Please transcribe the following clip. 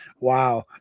Wow